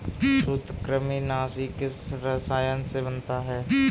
सूत्रकृमिनाशी किस रसायन से बनता है?